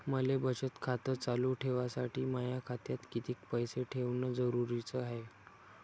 मले बचत खातं चालू ठेवासाठी माया खात्यात कितीक पैसे ठेवण जरुरीच हाय?